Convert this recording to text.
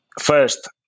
first